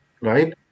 right